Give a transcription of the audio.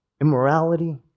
immorality